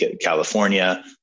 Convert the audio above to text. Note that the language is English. California